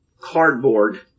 cardboard